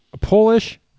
Polish